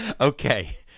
Okay